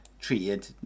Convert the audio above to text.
treated